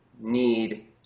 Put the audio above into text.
need